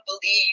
believe